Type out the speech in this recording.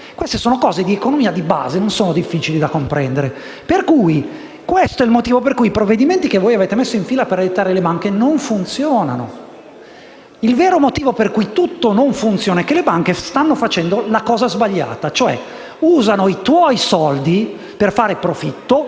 questioni di economia di base e non sono difficili da comprendere. Questo è il motivo per cui i provvedimenti che avete messo in fila per aiutare le banche non funzionano. Il vero motivo per cui tutto non funziona è che le banche stanno facendo la cosa sbagliata, cioè usano i tuoi soldi per fare profitto: